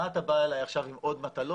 מה אתה בא אלי עכשיו עם עוד מטלות,